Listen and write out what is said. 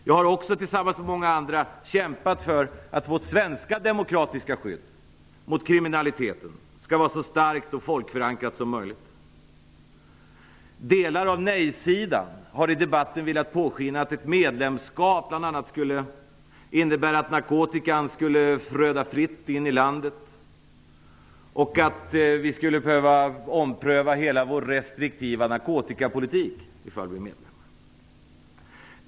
Jag har också tillsammans med många andra kämpat för att vårt svenska demokratiska skydd mot kriminaliteten skall vara så starkt och folkförankrat som möjligt. Delar av nej-sidan har i debatten velat påskina att ett medlemskap bl.a. skulle innebära att narkotikan skulle flöda fritt in i landet och att vi skulle behöva ompröva hela vår restriktiva narkotikapolitik ifall vi är medlemmar.